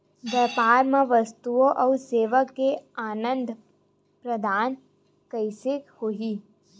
व्यापार मा वस्तुओ अउ सेवा के आदान प्रदान कइसे होही?